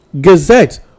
Gazette